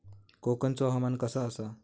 कोकनचो हवामान कसा आसा?